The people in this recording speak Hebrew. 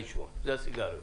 זה הסיגריות.